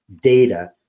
data